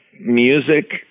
music